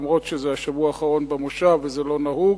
אף-על-פי שזה השבוע האחרון בכנס וזה לא נהוג.